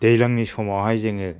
दैज्लांनि समावहाय जोङो